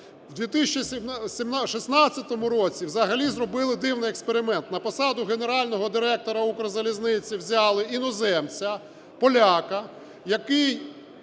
У 2016 році взагалі зробили дивний експеримент, на посаду генерального директора "Укрзалізниці" взяли іноземця, поляка, який